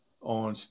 on